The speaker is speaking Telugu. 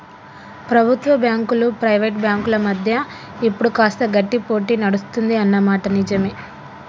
ప్రభుత్వ బ్యాంకులు ప్రైవేట్ బ్యాంకుల మధ్య ఇప్పుడు కాస్త గట్టి పోటీ నడుస్తుంది అన్న మాట నిజవే